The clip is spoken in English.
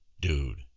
Dude